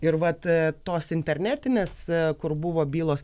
ir vat tos internetinės kur buvo bylos